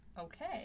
Okay